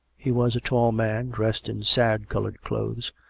he was a tall man, dressed in sad-coloured clothes,